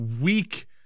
weak